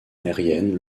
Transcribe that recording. aérienne